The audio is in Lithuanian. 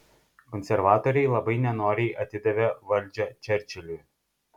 konservatoriai labai nenoriai atidavė valdžią čerčiliui